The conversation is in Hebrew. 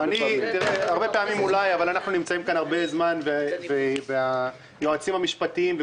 אנחנו נמצאים כאן הרבה זמן וכל פעם היועצים המשפטיים,